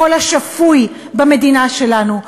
הקול השפוי במדינה שלנו,